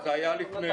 זה היה לפני.